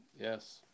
yes